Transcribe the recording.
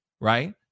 right